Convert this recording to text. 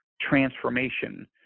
transformation